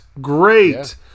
Great